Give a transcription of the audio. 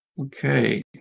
Okay